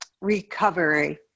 recovery